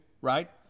right